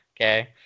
okay